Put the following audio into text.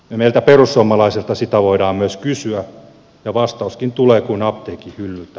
meiltä perussuomalaisilta sitä voidaan myös kysyä ja vastauskin tulee kuin apteekin hyllyltä